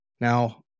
Now